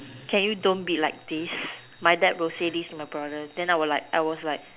can you don't be like this my dad will say this to my brother then I will like I was like